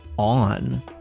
on